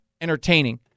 entertaining